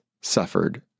suffered